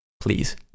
Please